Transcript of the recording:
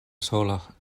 sola